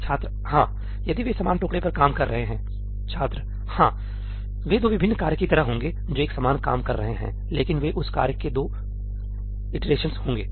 छात्र हां यदि वे समान टुकड़े पर काम कर रहे हैं छात्र हां वे दो विभिन्न कार्य की तरह होंगे जो एक समान काम कर रहे हैंलेकिन वे उस कार्य के दो इंस्टानसेस होंगे